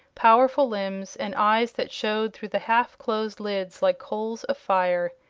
powerful limbs, and eyes that showed through the half closed lids like coals of fire.